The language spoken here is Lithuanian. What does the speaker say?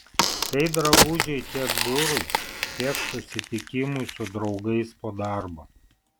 tai drabužiai tiek biurui tiek susitikimui su draugais po darbo